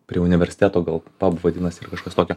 prie universiteto gal pab vadinasi ar kažkas tokio